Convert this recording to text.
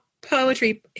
poetry